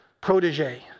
protege